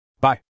Bye